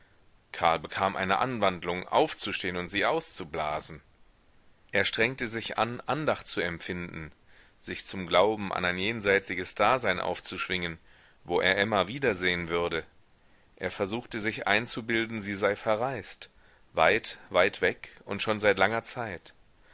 karl bekam eine anwandlung aufzustehn und sie auszublasen er strengte sich an andacht zu empfinden sich zum glauben an ein jenseitiges dasein aufzuschwingen wo er emma wiedersehen würde er versuchte sich einzubilden sie sei verreist weit weit weg und schon seit langer zeit